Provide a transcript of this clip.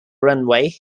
runway